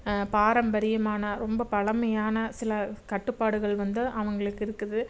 பாரம்பரியமான ரொம்ப பழமையான சில கட்டுப்பாடுகள் வந்து அவங்களுக்கு இருக்குது